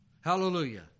Hallelujah